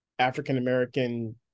African-American